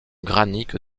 granite